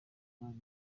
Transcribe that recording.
tutari